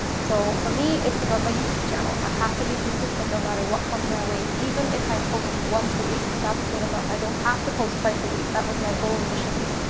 so for me it's about my youtube channel. i have to be consistent no matter what comes my way. even if i post once a week that's good enough. i don't have to post twice a week. that was my goal initially.